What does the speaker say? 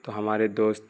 تو ہمارے دوست